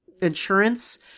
insurance